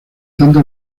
tanto